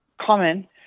common